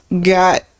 got